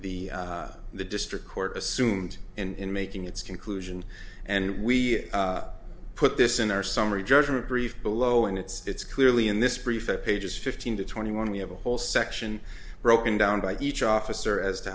the the district court assumed in making its conclusion and we put this in our summary judgment brief below and it's clearly in this brief that pages fifteen to twenty one we have a whole section broken down by each officer as to